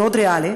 מאוד ריאלי,